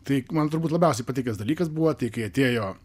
tai man turbūt labiausiai patikęs dalykas buvo tai kai atėjo